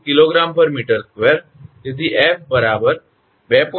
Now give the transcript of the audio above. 80 1